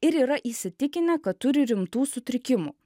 ir yra įsitikinę kad turi rimtų sutrikimų